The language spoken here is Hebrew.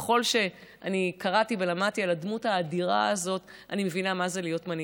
ככל שקראתי ולמדתי על הדמות האדירה הזאת אני מבינה מה זה להיות מנהיגה,